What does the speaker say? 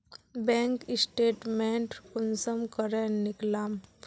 Bank statement कुंसम करे निकलाम?